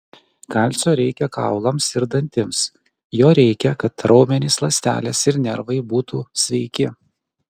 kalcio reikia kaulams ir dantims jo reikia kad raumenys ląstelės ir nervai būtų sveiki